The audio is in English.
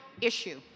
issue